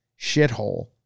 shithole